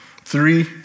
Three